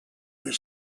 the